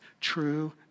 true